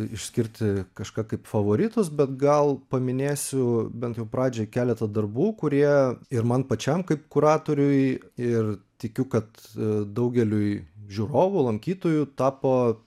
išskirti kažką kaip favoritus bet gal paminėsiu bent jau pradžioj keletą darbų kurie ir man pačiam kaip kuratoriui ir tikiu kad daugeliui žiūrovų lankytojų tapo